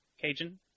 Cajun